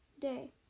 day